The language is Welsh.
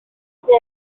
mae